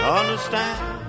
understand